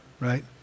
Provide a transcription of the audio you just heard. right